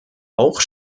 auch